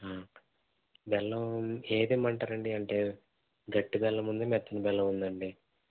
బెల్లం ఏది ఇమ్మంటారండి అంటే గట్టి బెల్లం ఉంది మెత్తని బెల్లం ఉందండి